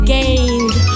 gained